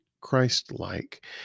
Christ-like